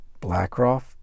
BlackRock